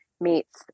meets